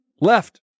Left